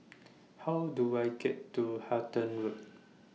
How Do I get to Halton Road